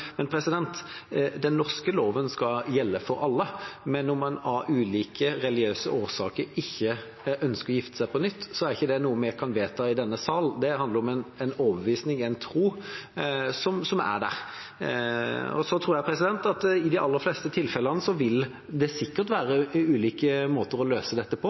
om en av ulike religiøse årsaker ikke ønsker å gifte seg på nytt, er ikke det noe vi kan vedta i denne sal. Det handler om en overbevisning, en tro, som er der. Så tror jeg at i de aller fleste tilfellene vil det sikkert være ulike måter å løse dette på,